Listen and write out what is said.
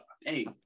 hey